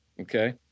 Okay